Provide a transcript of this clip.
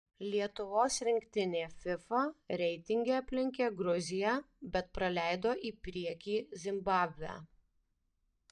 lietuvos rinktinė fifa reitinge aplenkė gruziją bet praleido į priekį zimbabvę